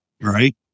right